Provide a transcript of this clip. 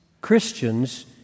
Christians